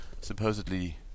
supposedly